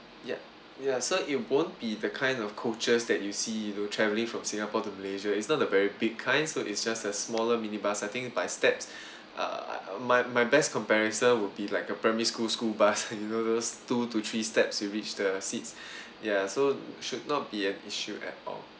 yeah yeah so it won't be the kind of coaches that you see you know travelling from singapore to malaysia is not a very big kind so it's just a smaller minibus I think by steps err my my best comparison will be like a primary school school bus you know those two to three steps you reach the seats ya so should not be an issue at all